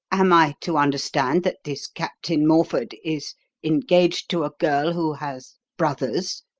am i to understand that this captain morford is engaged to a girl who has brothers?